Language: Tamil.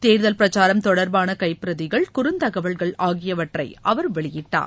தேர்தல் பிரக்சாரம் தொடர்பான கைப்பிரதிகள் குறுந்தகவல்கள் ஆகியவற்றை அவர் வெளியிட்டார்